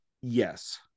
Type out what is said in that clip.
Yes